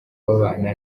babana